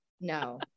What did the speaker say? No